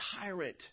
tyrant